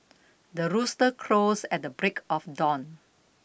the rooster crows at the break of dawn